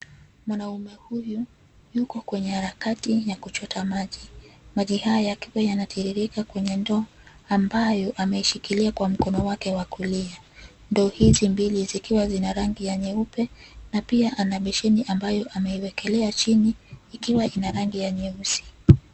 Mwanaume huyo yuko kwenye harakati ya kuchota maji. Maji haya yakiwa yanatiririka kwenye ndoo ambayo ameishikilia kwa mkono wake wa kulia. Ndoo hizi mbili zikiwa zina rangi ya nyeupe na pia ana besheni ambayo ameiwekelea chini ikiwa ina rangi ya nyeusi.